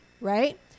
right